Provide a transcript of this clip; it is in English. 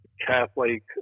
Catholic